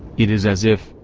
it is as if,